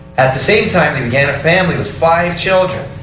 at the same time they began a family, five children,